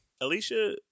Alicia